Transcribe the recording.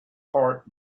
heart